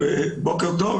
פיקוד העורף,